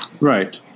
Right